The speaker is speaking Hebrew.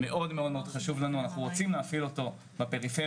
מאוד חשוב לנו אנחנו רוצים להפעיל אותו בפריפריה,